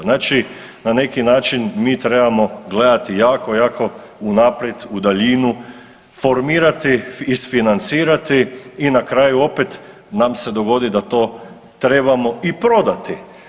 Znači na neki način mi trebamo gledati jako, jako unaprijed u daljinu, formirati, isfinancirati i na kraju, opet nam se dogodi da to trebamo i prodati.